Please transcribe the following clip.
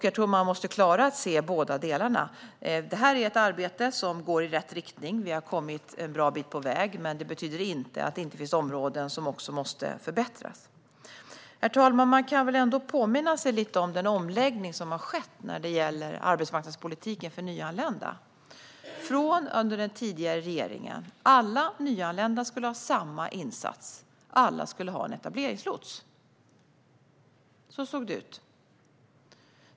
Jag tror att man måste klara att se båda delarna. Arbetet går i rätt riktning. Vi har kommit en bra bit på väg, men det betyder inte att det inte finns områden som måste förbättras. Herr talman! Man kan ändå påminna sig om den omläggning som har skett när det gäller arbetsmarknadspolitiken för nyanlända. Under den tidigare regeringen skulle alla nyanlända ha samma insats. Alla skulle ha en etableringslots, så såg det ut.